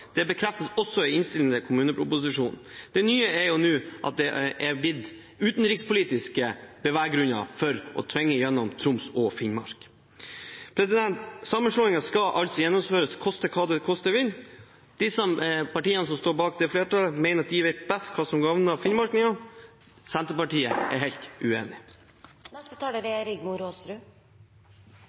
Det bekreftes også i innstillingen til kommuneproposisjonen. Det nye er jo nå at det er blitt utenrikspolitiske beveggrunner for å tvinge sammen Troms og Finnmark. Sammenslåingen skal altså gjennomføres, koste hva det koste vil. De partiene som står bak det flertallet, mener at de vet best hva som gagner finnmarkingene. Senterpartiet er